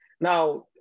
Now